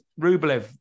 Rublev